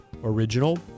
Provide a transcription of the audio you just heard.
Original